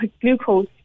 glucose